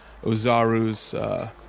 Ozaru's